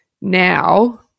now